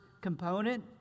component